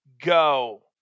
go